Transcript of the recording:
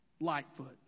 Lightfoot